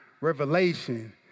revelation